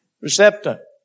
Receptor